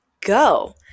go